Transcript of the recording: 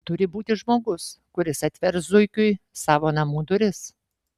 turi būti žmogus kuris atvers zuikiui savo namų duris